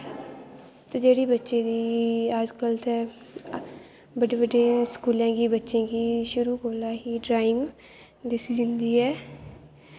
ते जेह्ड़े बच्चें दी अजकल्ल ते बड्डे बड्डे स्कूलें च शुरु कोला दा गै बच्चें गी ड्राइंग दस्सी जंदी ऐ